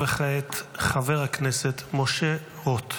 וכעת חבר הכנסת משה רוט.